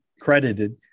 credited